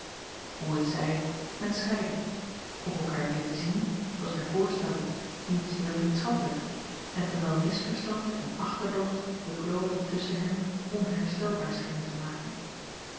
hoe het zij men scheidde om elkaar weer te zien zooals wij voorstelden niet zeer vriendschappelijk en terwijl misverstand en achterdocht de klove tusschen hen onherstelbaar schenen te maken